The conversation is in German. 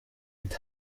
mit